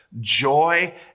joy